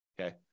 okay